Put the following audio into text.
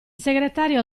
segretario